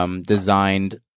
designed